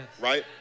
right